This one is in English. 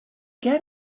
get